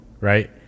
right